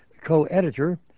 co-editor